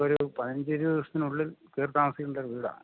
ഒരു പതിനഞ്ച് ഇരുപത് ദിവസത്തിനുള്ളിൽ കയറിത്താമസിക്കേണ്ട വീടാണ്